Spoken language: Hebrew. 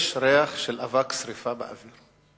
יש ריח של אבק שרפה באוויר.